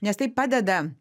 nes tai padeda